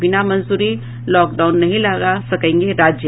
बिना मंजूरी लॉकडाउन नहीं लगा सकेंगे राज्य